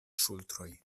ŝultroj